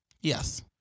Yes